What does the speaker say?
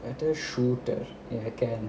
better shooter never can